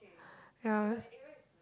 yeah